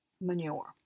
manure